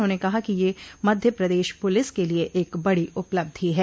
उन्होंने कहा कि यह मध्य प्रदेश पुलिस के लिए एक बड़ी उपलब्धि है